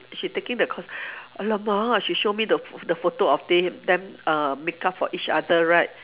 she taking the course !alamak! she show me the the photo of they them uh makeup for each other right